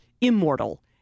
Immortal